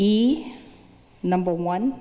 e number one